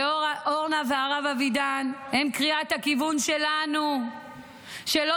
אורנה והרב אבידן הם קריאת הכיוון שלנו שלא